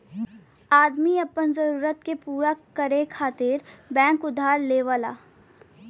आदमी आपन जरूरत के पूरा करे खातिर बैंक उधार लेवला